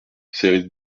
ses